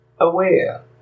aware